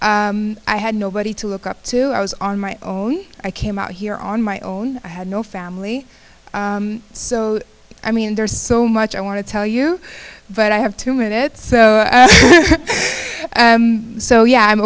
i had nobody to look up to i was on my own i came out here on my own i had no family so i mean there's so much i want to tell you but i have to move it so and so yeah i'm